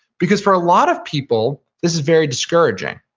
because for a lot of people this is very discouraging,